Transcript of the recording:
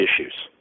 issues